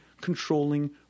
controlling